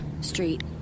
Street